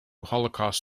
holocaust